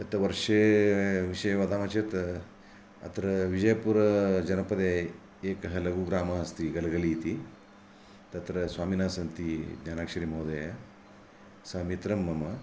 गतवर्षे विषये वदामः चेत् अत्र विजयपुरजनपदे एकः लघुग्रामः अस्ति गलगलि इति तत्र स्वामिनः सन्ति ज्ञानाक्षरिमहोदयः सः मित्रं मम